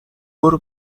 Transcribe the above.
برو